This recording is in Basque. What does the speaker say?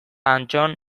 anton